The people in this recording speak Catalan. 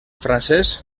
francès